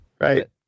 right